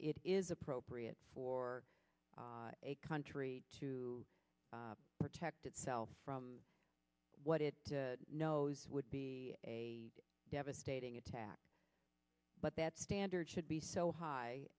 it is appropriate for a country to protect itself from what it knows would be a devastating attack but that standard should be so high